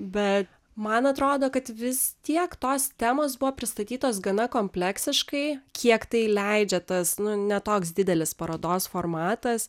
bet man atrodo kad vis tiek tos temos buvo pristatytos gana kompleksiškai kiek tai leidžia tas nu ne toks didelis parodos formatas